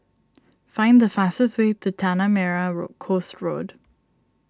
find the fastest way to Tanah Merah Coast Road